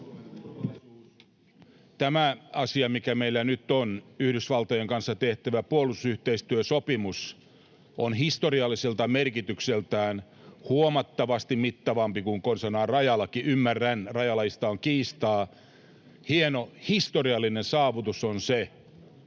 Tämä asia, mikä meillä nyt on, Yhdysvaltojen kanssa tehtävä puolustusyhteistyösopimus, on historialliselta merkitykseltään huomattavasti mittavampi kuin konsanaan rajalaki — vaikka ymmärrän, että rajalaista on kiistaa — ja hieno historiallinen saavutus on se,